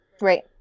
Right